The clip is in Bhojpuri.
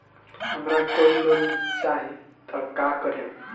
हमरा कोई लोन चाही त का करेम?